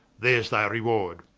there's thy reward,